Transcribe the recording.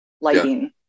lighting